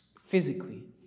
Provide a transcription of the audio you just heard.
physically